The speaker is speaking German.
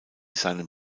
seinen